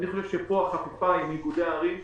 אני חושב שפה החלופה היא איגודי ערים.